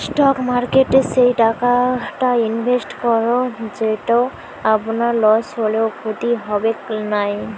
stock মার্কেটে সেই টাকাটা ইনভেস্ট করো যেটো আপনার লস হলেও ক্ষতি হবেক নাই